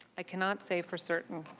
i cannot say for certain.